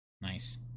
nice